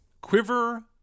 quiver